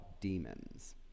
demons